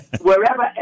wherever